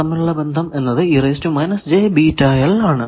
തമ്മിലുള്ള ബന്ധം എന്നത് ആണ്